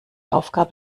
aufgabe